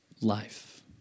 life